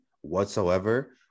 whatsoever